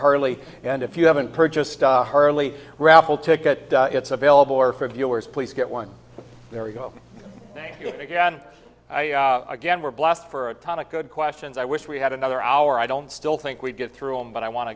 harley and if you haven't purchased a harley raffle ticket it's available or for viewers please get one there we go again again we're blessed for a ton of good questions i wish we had another hour i don't still think we'd get through on but i want